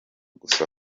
gusa